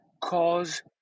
cause